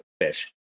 fish